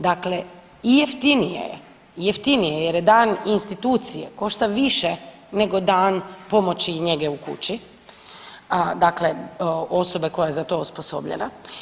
Dakle, i jeftinije je, jeftinije je jer dan institucije košta više nego dan pomoći i njege u kući, dakle osobe koja je za to osposobljena.